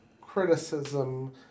criticism